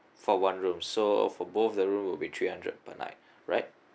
for one room so for both the room will be three hundred per night right